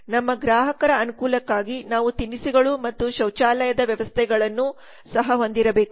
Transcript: ನಮ್ಮ ಗ್ರಾಹಕರ ಅನುಕೂಲಕ್ಕಾಗಿ ನಾವು ತಿನಿಸುಗಳು ಮತ್ತು ಶೌಚಾಲಯದ ವ್ಯವಸ್ಥೆಗಳನ್ನು ಸಹ ಹೊಂದಿರಬೇಕು